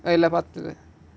I like butter